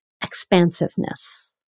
Expansiveness